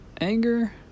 anger